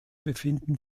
befinden